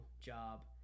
job